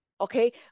okay